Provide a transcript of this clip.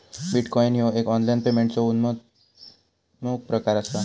bitcoin ह्यो एक online पेमेंटचो उद्योन्मुख प्रकार असा